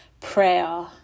prayer